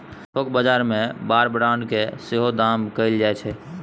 थोक बजार मे बार ब्रांड केँ सेहो दाम कएल जाइ छै